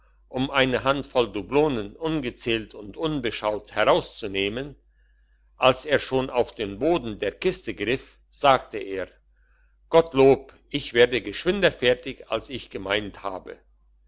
um eine handvoll dublonen ungezählt und unbeschaut herauszunehmen als er schon auf den boden der kiste griff sagte er gottlob ich werde geschwinder fertig als ich gemeint habe